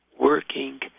Working